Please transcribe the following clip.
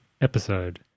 episode